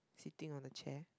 sitting on the chair